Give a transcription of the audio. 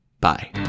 Bye